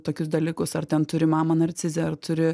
tokius dalykus ar ten turi mamą narcizę ar turi